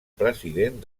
president